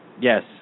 Yes